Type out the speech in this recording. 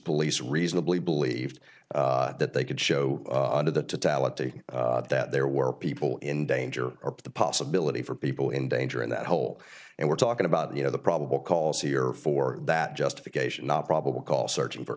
police reasonably believed that they could show the talent to that there were people in danger or the possibility for people in danger and that whole and we're talking about you know the probable cause here for that justification not probable cause searching for